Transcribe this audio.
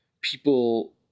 people